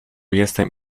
jestem